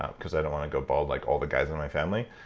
ah because i don't want to go bald like all the guys in my family.